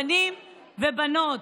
בנים ובנות,